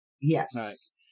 Yes